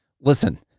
Listen